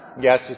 Yes